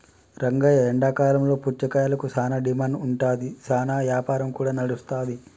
రంగయ్య ఎండాకాలంలో పుచ్చకాయలకు సానా డిమాండ్ ఉంటాది, సానా యాపారం కూడా నడుస్తాది